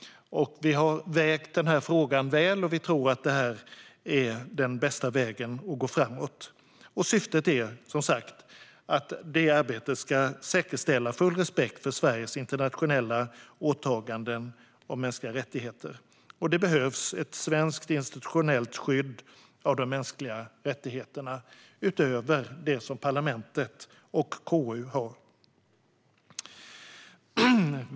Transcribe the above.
Vi har vägt denna fråga väl, och vi tror att detta är den bästa vägen att gå framåt. Syftet är, som sagt, att detta arbete ska säkerställa full respekt för Sveriges internationella åtaganden om mänskliga rättigheter. Det behövs ett svenskt institutionellt skydd av de mänskliga rättigheterna utöver det som parlamentet och KU erbjuder.